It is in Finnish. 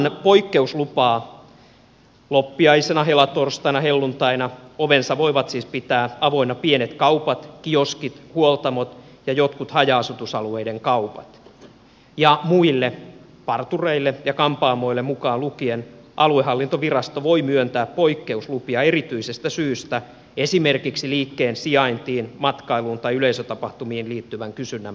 ilman poikkeuslupaa loppiaisena helatorstaina helluntaina ovensa voivat siis pitää avoinna pienet kaupat kioskit huoltamot ja jotkut haja asutusalueiden kaupat ja muille partureille ja kampaamoille mukaan lu kien aluehallintovirasto voi myöntää poikkeuslupia erityisestä syystä esimerkiksi liikkeen sijaintiin matkailuun tai yleisötapahtumiin liittyvän kysynnän perusteella